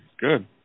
Good